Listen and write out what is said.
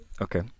Okay